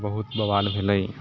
तऽ बहुत बवाल भेलै